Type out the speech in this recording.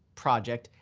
project,